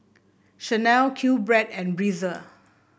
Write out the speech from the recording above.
Chanel Q Bread and Breezer